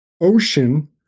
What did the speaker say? ocean